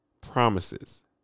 Promises